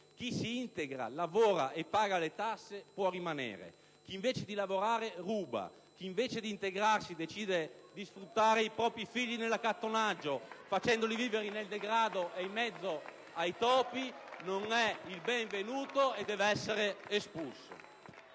Chi si integra, lavora e paga le tasse può rimanere. Chi invece di lavorare ruba, chi invece di integrarsi decide di sfruttare i propri figli nell'accattonaggio, facendoli vivere nel degrado e in mezzo ai topi non è il benvenuto e deve essere espulso.